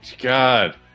God